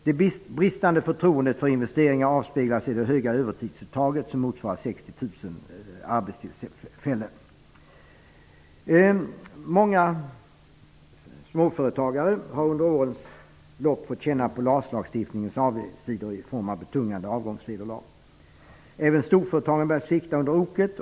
Det bristande förtroendet för investeringar avspeglar sig i det höga övertidsuttaget, som motsvarar 60 000 Många småföretagare har under årens lopp fått känna på LAS avigsidor i form av betungande avgångsvederlag. Även storföretagarna börjar svikta under oket.